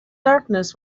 darkness